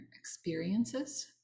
experiences